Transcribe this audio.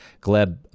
gleb